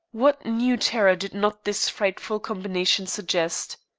what new terror did not this frightful combination suggest?